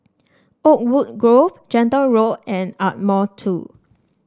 Oakwood Grove Gentle Road and Ardmore Two